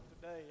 today